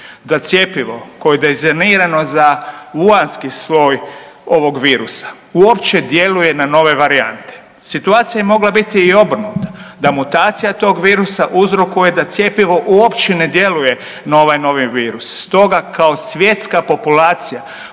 da cjepivo koje je dizajnirano za Wuhanski sloj ovog virusa uopće djeluje na nove varijante. Situacija je mogla biti i obrnuta, da mutacija tog virusa uzrokuje da cjepivo uopće ne djeluje na ovaj novi virus. Stoga kao svjetska populacija